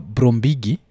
Brombigi